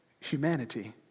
humanity